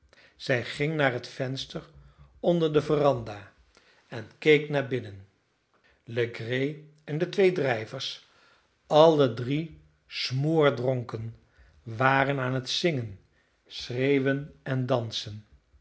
zij ging naar het venster onder de veranda en keek naar binnen legree en de twee drijvers alle drie smoordronken waren aan het zingen schreeuwen en dansen